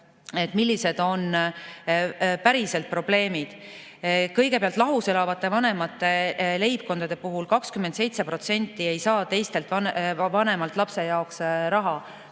millised on pärisprobleemid. Kõigepealt, lahus elavate vanemate leibkondadest 27% ei saa teiselt vanemalt lapse jaoks raha.